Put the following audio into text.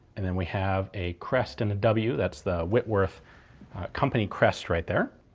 and then we have a crest and a w, that's the whitworth company crest right there.